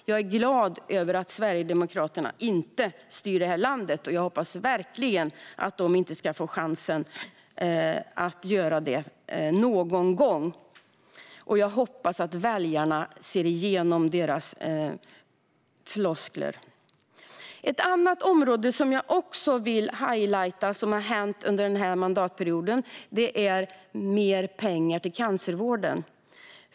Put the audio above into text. Jag är glad över att Sverigedemokraterna inte styr det här landet, och jag hoppas verkligen att de inte ska få chansen att göra det någon gång. Jag hoppas att väljarna ser igenom deras floskler. En annan sak som har hänt under den här mandatperioden och som jag också vill highlighta handlar om mer pengar till cancervården.